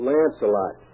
Lancelot